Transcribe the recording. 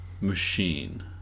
machine